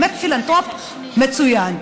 באמת פילנטרופ מצוין.